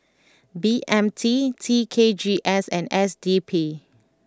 B M T T K G S and S D P